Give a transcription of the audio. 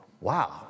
Wow